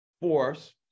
force